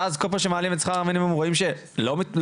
ואז כל פעם שמעלים את שכר המינימום פתאום רואים